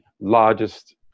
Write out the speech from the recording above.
largest